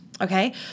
okay